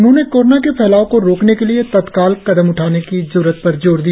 उन्होंने कोरोना के फैलाव को रोकने के लिए तत्काल उचित कदम उठाने की जरुरत पर जोर दिया